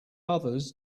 others